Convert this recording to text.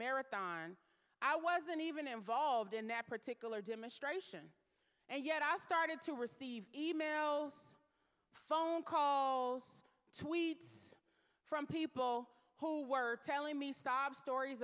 marathon i wasn't even involved in that particular demonstration and yet i started to receive e mails phone calls tweets from people who were telling me sob stories